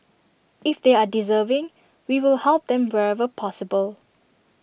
if they are deserving we will help them wherever possible